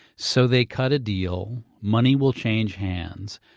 so they cut a deal. money will change hands.